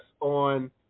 on